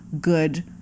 good